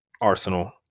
Arsenal